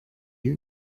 you